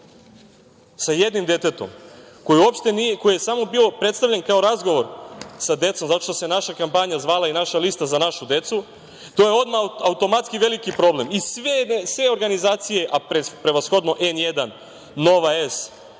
sa jednim detetom, koji je samo bio predstavljen kao razgovor sa decom, zato što se naša kampanja zvala i naša lista „Za našu decu“, to je automatski veliki problem. Sve organizacije, a prevashodno N1, Nova S,